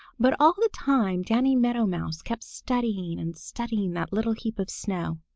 but all the time danny meadow mouse kept studying and studying that little heap of snow.